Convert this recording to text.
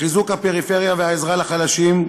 בחיזוק הפריפריה ועזרה לחלשים,